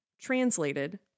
Translated